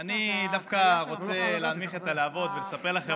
אני דווקא רוצה להנמיך את הלהבות ולספר לכם